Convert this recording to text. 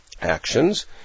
actions